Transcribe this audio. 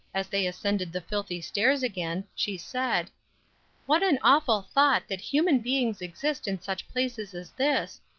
as they ascended the filthy stairs again, she said what an awful thought that human beings exist in such places as this,